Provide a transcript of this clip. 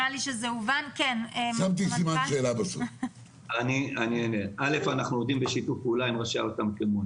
אנחנו עובדים בשיתוף פעולה עם ראשי הרשויות.